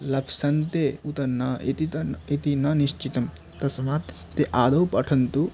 लप्सन्ते उत न इति त न् इति न निश्चितं तस्मात् ते आदौ पठन्तु